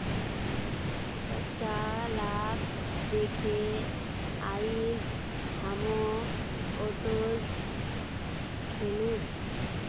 बच्चा लाक दखे आइज हामो ओट्स खैनु